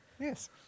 Yes